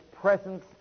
presence